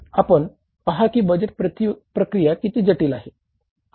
आपण पहा की बजेट प्रक्रिया किती जटिल आहे